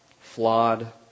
flawed